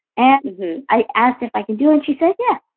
and i asked if i can do. and she said, yeah,